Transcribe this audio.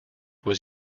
was